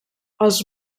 els